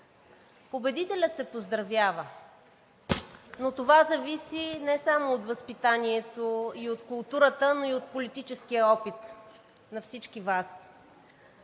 Победителят се поздравява, но това зависи не само от възпитанието и от културата, но и от политическия опит на всички Вас.